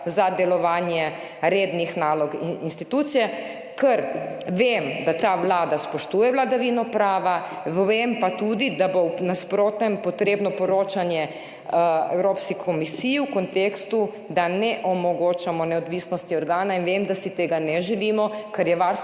za delovanje rednih nalog institucije. Vem, da ta vlada spoštuje vladavino prava, vem pa tudi, da bo v nasprotnem potrebno poročanje Evropski komisiji v kontekstu, da ne omogočamo neodvisnosti organa. Vem, da si tega ne želimo, ker je varstvo